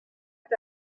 est